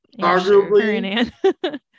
arguably